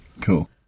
cool